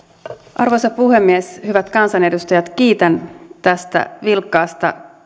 arvoisa puhemies hyvät kansanedustajat kiitän tästä vilkkaasta